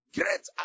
great